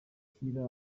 gushyira